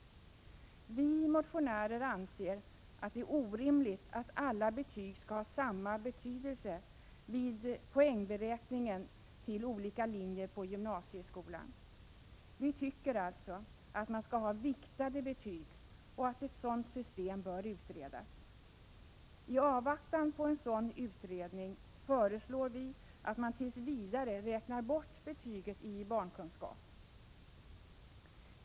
Vi motionärer anser att det är orimligt att alla betyg skall ha samma betydelse vid poängberäkningen till olika linjer på gymnasieskolan. Vi tycker alltså att det skall vara viktade betyg och att ett sådant system bör utredas. I avvaktan på en sådan utredning föreslår vi att man tills vidare räknar bort betyget i barnkunskap.